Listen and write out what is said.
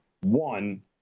One